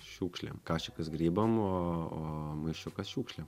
šiukšlėm kašikas grybam o o maišiukas šiukšlėm